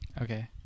Okay